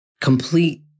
complete